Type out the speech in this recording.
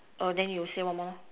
the you say one more